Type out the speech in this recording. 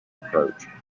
approach